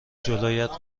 جلویت